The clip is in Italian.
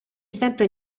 sempre